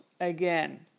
again